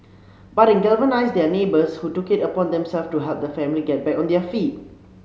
but it galvanised their neighbours who took it upon themselves to help the family get back on their feet